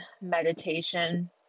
meditation